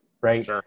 right